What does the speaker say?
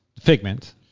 Figment